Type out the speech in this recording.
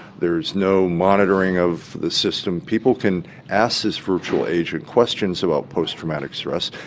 there's no monitoring of the system, people can ask this virtual agent questions about post-traumatic stress.